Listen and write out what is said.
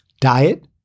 Diet